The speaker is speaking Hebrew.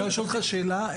אפשר לשאול אותך שאלה?